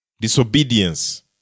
disobedience